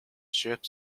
sheep